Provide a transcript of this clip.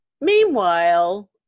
Meanwhile